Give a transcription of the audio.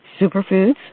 Superfoods